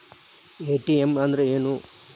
ATM ಅಂದ್ರ ಏನು?